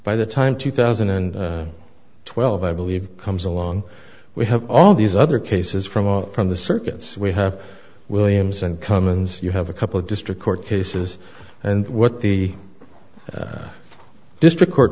by the time two thousand and twelve i believe comes along we have all these other cases from a from the circuits we have williams and cummings you have a couple of district court cases and what the district court